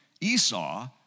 Esau